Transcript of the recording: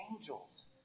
angels